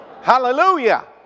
Hallelujah